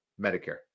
Medicare